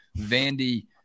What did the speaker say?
Vandy